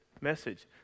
message